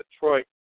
Detroit